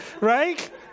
right